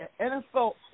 NFL